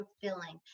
fulfilling